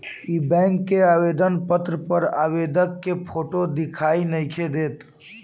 इ बैक के आवेदन पत्र पर आवेदक के फोटो दिखाई नइखे देत